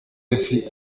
isi